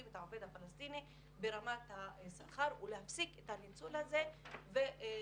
את העובד הפלסטיני ברמת השכר ולהפסיק את הניצול הזה ולפקח